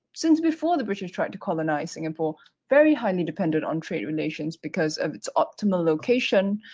since before the british tried to colonize singapore very highly depended on trade relations because of its optimal location